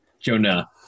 jonah